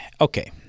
okay